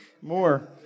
More